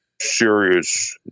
serious